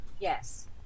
Yes